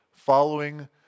following